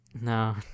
No